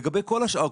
לגבי כל השאר,